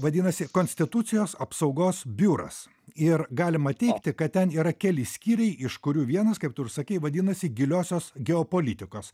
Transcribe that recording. vadinasi konstitucijos apsaugos biuras ir galima teigti kad ten yra keli skyriai iš kurių vienas kaip tu ir sakei vadinasi giliosios geopolitikos